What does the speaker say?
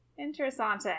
Interessante